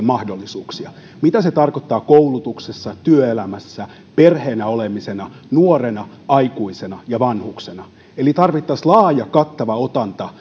mahdollisuuksia mitä se tarkoittaa koulutuksessa työelämässä perheenä olemisena nuorena aikuisena ja vanhuksena eli tarvittaisiin laaja kattava otanta